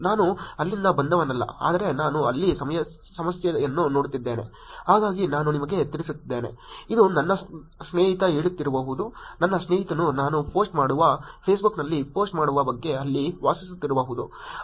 ನಾನು ಅಲ್ಲಿಂದ ಬಂದವನಲ್ಲ ಆದರೆ ನಾನು ಅಲ್ಲಿ ಸಮಸ್ಯೆಯನ್ನು ನೋಡುತ್ತಿದ್ದೇನೆ ಹಾಗಾಗಿ ನಾನು ನಿಮಗೆ ತಿಳಿಸುತ್ತಿದ್ದೇನೆ ಸಮಯವನ್ನು ನೋಡಿ 1405 ಇದು ನನ್ನ ಸ್ನೇಹಿತ ಹೇಳುತ್ತಿರಬಹುದು ನನ್ನ ಸ್ನೇಹಿತನು ನಾನು ಪೋಸ್ಟ್ ಮಾಡುವ ಫೇಸ್ಬುಕ್ನಲ್ಲಿ ಪೋಸ್ಟ್ ಮಾಡುವ ಬಗ್ಗೆ ಅಲ್ಲಿ ವಾಸಿಸುತ್ತಿರಬಹುದು